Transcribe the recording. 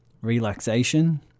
relaxation